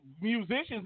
Musicians